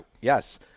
yes